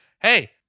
Hey